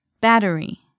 Battery